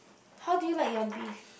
how do you like your beef